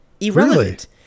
Irrelevant